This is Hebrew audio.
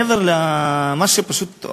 מעבר למה שפשוט,